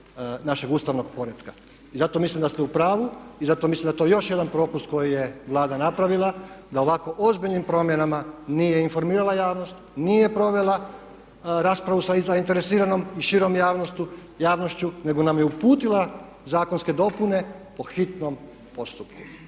našeg ustavnog poretka. I zato mislim da ste u pravu i zato mislim da je to još jedan propust koji je Vlada napravila da ovako ozbiljnim promjenama nije informirala javnost, nije provela raspravu sa zainteresiranom i širom javnošću nego nam je uputila zakonske dopune po hitnom postupku.